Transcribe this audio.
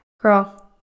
girl